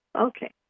Okay